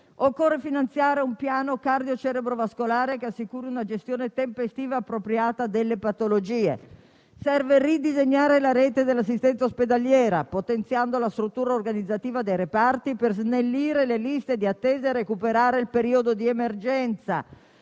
Occorre, poi, finanziare un piano cardiocerebrovascolare, che assicuri una gestione tempestiva e appropriata delle patologie; ridisegnare la rete dell'assistenza ospedaliera, potenziando la struttura organizzativa dei reparti, per snellire le liste di attesa e recuperare il periodo di emergenza,